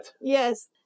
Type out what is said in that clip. Yes